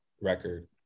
record